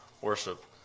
worship